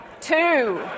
two